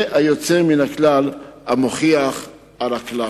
זה היוצא מן הכלל המעיד על הכלל.